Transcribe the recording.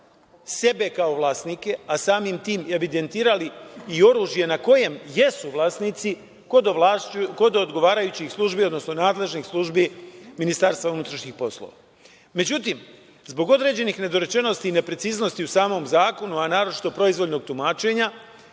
sebe kao vlasnike, a samim tim evidentirali oružje nad kojem jesu vlasnici kod odgovarajućih službi, odnosno nadležnih službi MUP-a.Međutim, zbog određenih nedorečenosti i nepreciznosti u samom zakonu, a naročito proizvoljnog tumačenja,